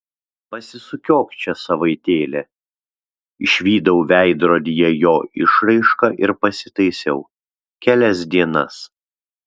pasisukiok čia savaitėlę išvydau veidrodyje jo išraišką ir pasitaisiau kelias dienas